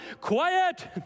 Quiet